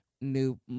new